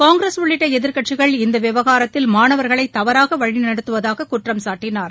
காங்கிரஸ் உள்ளிட்ட எதிர்க்கட்சிகள் இந்த விவகாரத்தில் மாணவர்களை தவறாக வழிநடத்துவதாக குற்றம்சாட்டினார்